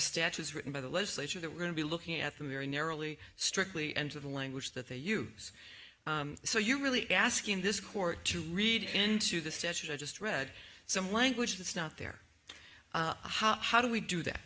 statutes written by the legislature that we're going to be looking at them very narrowly strictly and to the language that they use so you really asking this court to read into the statute i just read some language that's not there how do we do that